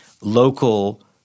Local